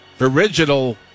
original